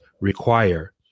require